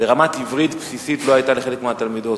ורמת עברית בסיסית לא היתה לחלק מהתלמידות.